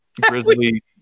Grizzly